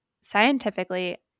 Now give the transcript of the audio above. scientifically